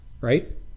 right